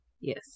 Yes